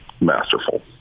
masterful